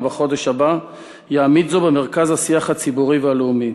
בחודש הבא יעמיד את זה במרכז השיח הציבורי והלאומי.